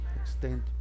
extend